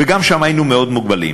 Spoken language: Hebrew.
גם שם היינו מאוד מוגבלים.